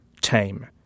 Tame